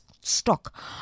stock